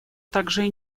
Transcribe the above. также